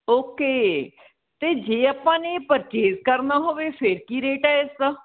okay ਅਤੇ ਜੇ ਆਪਾਂ ਨੇ ਪਰਚੇਸ ਕਰਨਾ ਹੋਵੇ ਫਿਰ ਕੀ ਰੇਟ ਹੈ ਇਸ ਦਾ